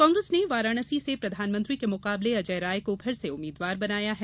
कांग्रेस ने वाराणसी से प्रधानमंत्री के मुकाबले अजय राय को फिर से उम्मीद्वार बनाया है